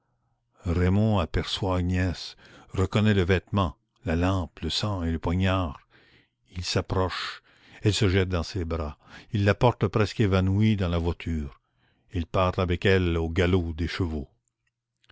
raymond apperçoit agnès reconnaît le vêtement la lampe le sang et le poignard il s'approche elle se jette dans ses bras il la porte presque évanouie dans la voiture il part avec elle au galop des chevaux